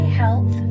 health